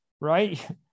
right